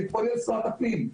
אני פונה לשרת הפנים,